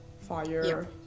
fire